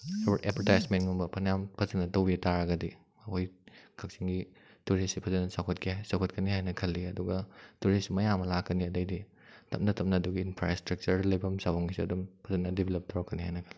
ꯑꯦꯗꯕꯔꯇꯥꯏꯁꯃꯦꯟꯒꯨꯝꯕ ꯐꯅꯌꯥꯝ ꯐꯖꯅ ꯇꯧꯕꯤꯕ ꯇꯔꯒꯗꯤ ꯑꯩꯈꯣꯏ ꯀꯛꯆꯤꯡꯒꯤ ꯇꯨꯔꯤꯁꯁꯤ ꯐꯖꯅ ꯆꯥꯎꯈꯠꯀꯦ ꯆꯥꯎꯈꯠꯀꯅꯤ ꯍꯥꯏꯅ ꯈꯜꯂꯤ ꯑꯗꯨꯒ ꯇꯨꯔꯤꯁ ꯃꯌꯥꯝ ꯑꯃ ꯂꯥꯛꯀꯅꯤ ꯑꯗꯨꯗꯩꯗꯤ ꯇꯞꯅ ꯇꯞꯅ ꯑꯗꯨꯒꯤ ꯏꯟꯐ꯭ꯔꯥꯁ꯭ꯇ꯭ꯔꯛꯆꯔ ꯂꯩꯐꯝ ꯆꯥꯐꯝꯒꯤꯁꯨ ꯑꯗꯨꯝ ꯐꯖꯅ ꯗꯤꯕꯂꯞ ꯇꯧꯔꯛꯀꯅꯤ ꯍꯥꯏꯅ ꯈꯜꯂꯤ